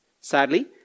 Sadly